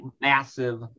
massive